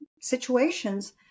situations